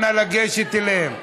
אנא, לגשת אליהם.